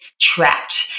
trapped